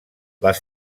les